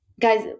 Guys